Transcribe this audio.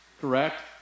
correct